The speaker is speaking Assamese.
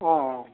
অ' অ'